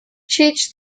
cheech